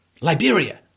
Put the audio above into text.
Liberia